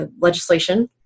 legislation